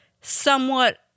somewhat